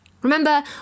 Remember